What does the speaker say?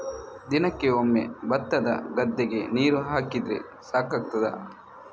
ದಿನಕ್ಕೆ ಒಮ್ಮೆ ಭತ್ತದ ಗದ್ದೆಗೆ ನೀರು ಹಾಕಿದ್ರೆ ಸಾಕಾಗ್ತದ?